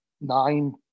nine